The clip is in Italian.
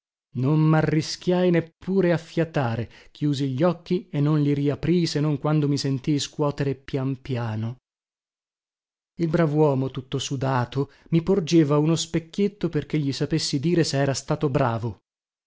mano non marrischiai neppure a fiatare chiusi gli occhi e non li riaprii se non quando mi sentii scuotere pian piano il bravuomo tutto sudato mi porgeva uno specchietto perché gli sapessi dire se era stato bravo